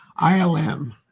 ILM